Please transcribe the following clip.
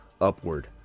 upward